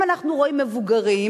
אם אנחנו רואים מבוגרים